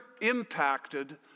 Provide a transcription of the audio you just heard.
impacted